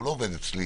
הוא לא עובד אצלי.